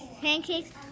Pancakes